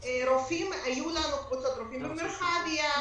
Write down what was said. היו לנו קבוצות רופאים במרחביה,